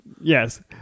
Yes